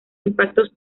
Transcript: impactos